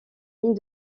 mines